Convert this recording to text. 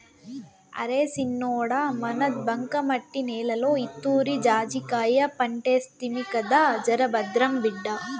అరే సిన్నోడా మన బంకమట్టి నేలలో ఈతూరి జాజికాయ పంటేస్తిమి కదా జరభద్రం బిడ్డా